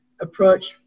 approach